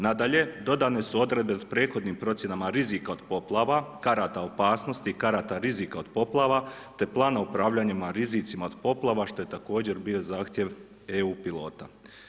Nadalje, dodane su odredbe o prethodnim procjenama rizika od poplava, karata opasnosti i karata rizika od poplava te plana upravljanja rizicima od poplava što je također bio zahtjev EU pilota.